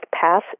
pass